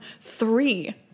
three